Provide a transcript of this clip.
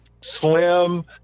slim